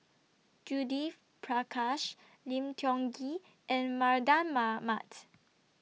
Judith Prakash Lim Tiong Ghee and Mardan Mamat